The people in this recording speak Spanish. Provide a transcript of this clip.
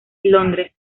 londres